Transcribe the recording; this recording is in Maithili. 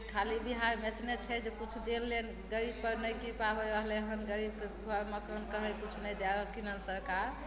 खाली बिहारमे एतने छै जे किछु देनलेन गरीबपर नहि कृपा होइ रहलय हन गरीबके घर मकान कहीं किछु नहि दए रहलखिन हन सरकार